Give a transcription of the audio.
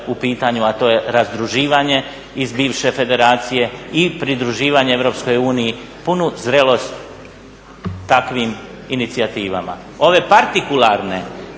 u pitanju a to je razdruživanje iz bivše federacije i pridruživanje EU punu zrelost takvim inicijativama. Ove partikularne